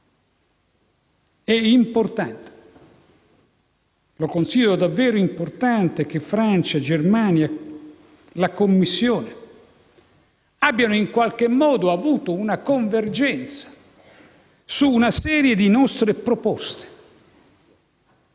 plan*. Considero veramente importante che la Francia, la Germania e la Commissione abbiano in qualche modo avuto una convergenza su una serie di nostre proposte.